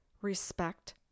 respect